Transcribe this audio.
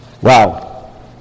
Wow